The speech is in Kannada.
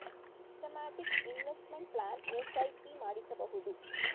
ಸಿಸ್ಟಮ್ಯಾಟಿಕ್ ಇನ್ವೆಸ್ಟ್ಮೆಂಟ್ ಪ್ಲಾನ್ ಎಸ್.ಐ.ಪಿ ಮಾಡಿಸಬಹುದು